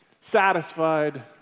satisfied